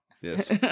Yes